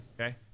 okay